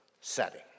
setting